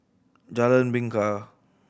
Jalan Bingka